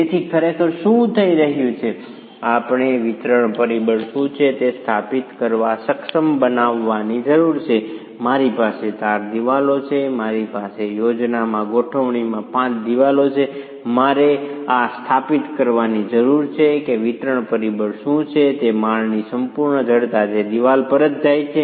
તેથી ખરેખર શું થઈ રહ્યું છે આપણે વિતરણ પરિબળ શું છે તે સ્થાપિત કરવા સક્ષમ બનવાની જરૂર છે મારી પાસે 4 દિવાલો છે મારી પાસે યોજનામાં ગોઠવણીમાં 5 દિવાલો છે મારે એ સ્થાપિત કરવાની જરૂર છે કે વિતરણ પરિબળ શું છે તે માળની સંપૂર્ણ જડતા જે દિવાલ પર જ જાય છે